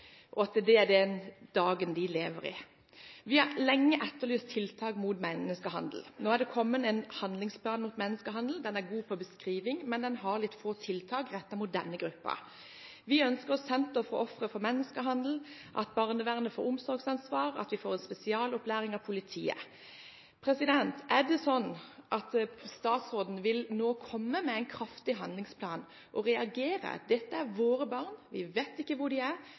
Det er den hverdagen de lever i. Vi har lenge etterlyst tiltak mot menneskehandel. Nå har det kommet en handlingsplan mot menneskehandel. Den er god på beskrivelse, men den har litt få tiltak rettet mot denne gruppen. Vi ønsker oss et senter for ofre for menneskehandel, at barnevernet får omsorgsansvar, og at vi får en spesialopplæring av politiet. Vil statsråden nå komme med en kraftig handlingsplan og reagere? Dette er våre barn. Vi vet ikke hvor de er,